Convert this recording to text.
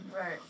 Right